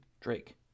Drake